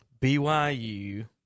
BYU